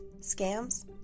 scams